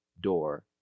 door